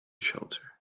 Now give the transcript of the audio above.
shelter